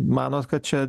manot kad čia